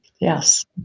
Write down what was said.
Yes